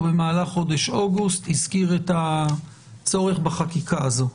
במהלך חודש אוגוסט הזכיר את הצורך בחקיקה הזו.